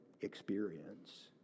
experience